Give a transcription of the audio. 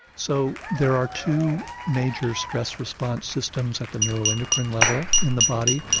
so there are two major stress response systems at the neuroendocrine level in the body.